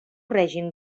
règim